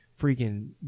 freaking